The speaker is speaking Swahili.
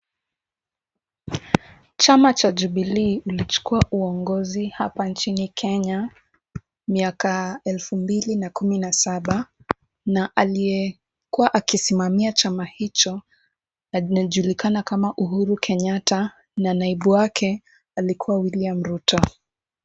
Chama cha Jubilee ilichukua uongozi hapa nchini Kenya, miaka elfu mbili na kumi na saba na aliyekuwa akisimamia chama hicho anajulikana kama Uhuru Kenyatta na naibu wake alikuwa William Ruto.